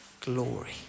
glory